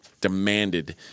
demanded